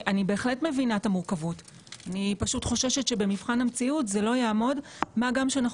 אני פשוט חוששת שבמבחן המציאות זה לא יעמוד מה גם שאנחנו